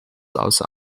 außer